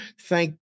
thank